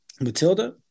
Matilda